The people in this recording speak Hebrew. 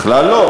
בכלל לא.